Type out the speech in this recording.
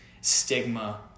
stigma